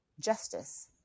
justice